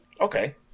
Okay